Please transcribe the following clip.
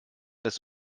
des